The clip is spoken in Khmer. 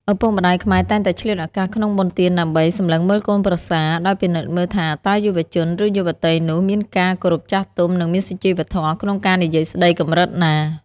ឪពុកម្ដាយខ្មែរតែងតែឆ្លៀតឱកាសក្នុងបុណ្យទាន ដើម្បី "សម្លឹងមើលកូនប្រសា" ដោយពិនិត្យមើលថាតើយុវជន ឬយុវតីនោះមានការគោរពចាស់ទុំ និងមានសុជីវធម៌ក្នុងការនិយាយស្តីកម្រិតណា។